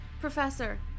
Professor